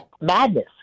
Madness